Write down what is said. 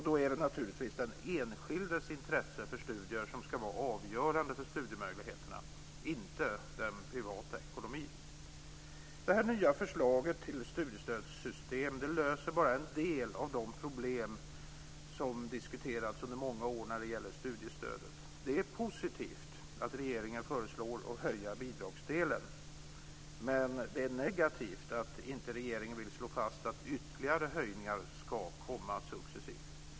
Då är det naturligtvis den enskildes intresse för studier som ska vara avgörande för studiemöjligheterna - inte den privata ekonomin. Detta nya förslag till studiestödssystem löser bara en del av de problem som diskuterats under många år när det gäller studiestödet. Det är positivt att regeringen föreslår en höjning av bidragsdelen, men det är negativt att regeringen inte vill slå fast att ytterligare höjningar ska komma successivt.